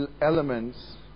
elements